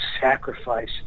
sacrifice